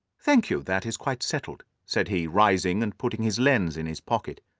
thank you. that is quite settled, said he, rising and putting his lens in his pocket.